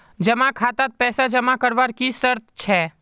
जमा खातात पैसा जमा करवार की शर्त छे?